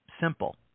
Simple